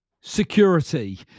security